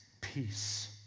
peace